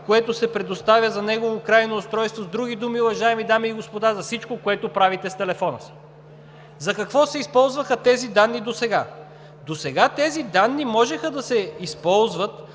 което се предоставя за негово крайно устройство. С други думи, уважаеми дами и господа, за всичко, което правите с телефона си. За какво се използваха тези данни досега? Досега тези данни можеха да се използват